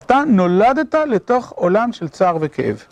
אתה נולדת לתוך עולם של צער וכאב.